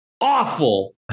Awful